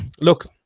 look